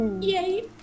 Yay